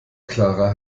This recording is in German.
klarer